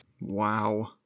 Wow